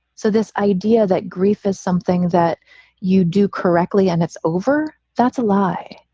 so this idea that grief is something that you do correctly and it's over. that's a lie.